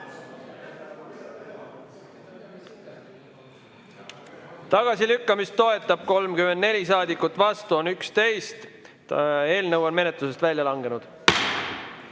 Tagasilükkamist toetab 34 saadikut, vastu on 11. Eelnõu on menetlusest välja langenud.